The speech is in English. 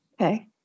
Okay